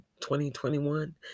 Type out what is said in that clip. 2021